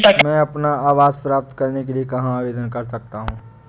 मैं अपना आवास प्राप्त करने के लिए कहाँ आवेदन कर सकता हूँ?